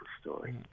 story